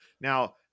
now